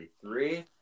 Three